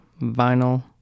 vinyl